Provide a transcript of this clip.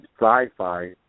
sci-fi